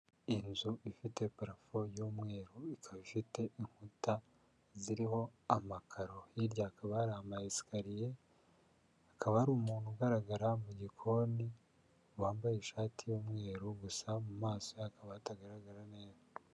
Inzu ifite parafo y'umweru, ikaba ifite inkuta ziriho amakaro, hirya hakaba hari amayesikariye, hakaba hari umuntu ugaragara mu gikoni wambaye ishati y'umweru gusa mu maso hakaba hatagaragara neza.